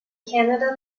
canada